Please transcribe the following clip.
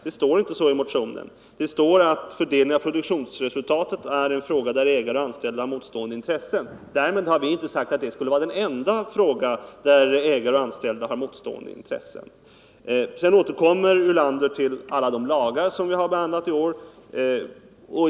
Men i motionen heter det: ”Fördelningen av produktionsresultatet är självfallet en fråga där ägare och anställda har motstående intressen.” Därmed har vi inte sagt att det är den enda fråga där ägare och anställda har motstående intressen. Sedan återkommer herr Ulander till alla de lagar som riksdagen har behandlat i år.